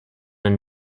and